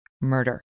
murder